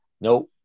no